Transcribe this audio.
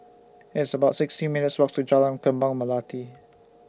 It's about sixty minutes' Walk to Jalan Kembang Melati